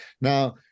Now